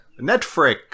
Netflix